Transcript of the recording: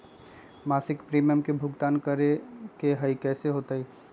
मासिक प्रीमियम के भुगतान करे के हई कैसे होतई?